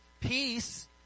Peace